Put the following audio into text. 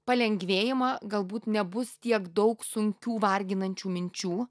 palengvėjimą galbūt nebus tiek daug sunkių varginančių minčių